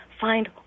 find